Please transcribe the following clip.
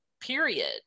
period